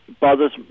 bothers